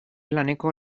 laneko